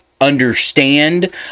understand